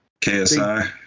KSI